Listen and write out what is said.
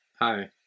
Hi